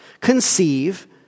conceive